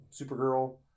Supergirl